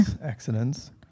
accidents